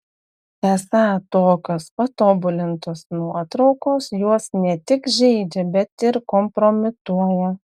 esą tokios patobulintos nuotraukos juos ne tik žeidžia bet ir kompromituoja